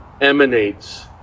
emanates